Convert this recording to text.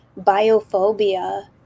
biophobia